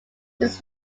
this